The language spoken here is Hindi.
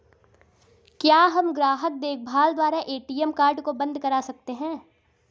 क्या हम ग्राहक देखभाल द्वारा ए.टी.एम कार्ड को बंद करा सकते हैं?